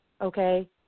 Okay